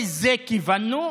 לא לזה כיוונו,